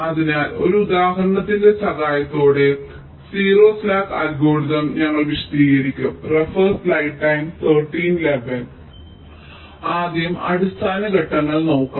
അതിനാൽ ഒരു ഉദാഹരണത്തിന്റെ സഹായത്തോടെ 0 സ്ലാക്ക് അൽഗോരിതം ഞങ്ങൾ വിശദീകരിക്കും ആദ്യം അടിസ്ഥാന ഘട്ടങ്ങൾ നോക്കാം